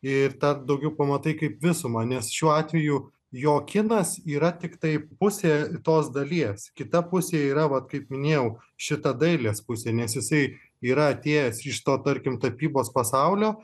ir dar daugiau pamatai kaip visumą nes šiuo atveju jo kinas yra tiktai pusė tos dalies kita pusė yra vat kaip minėjau šita dailės pusė nes jisai yra atėjęs iš to tarkim tapybos pasaulio